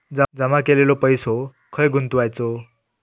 जमा केलेलो पैसो खय गुंतवायचो?